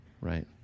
right